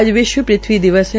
आज विश्व पृथ्वी दिवस है